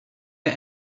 get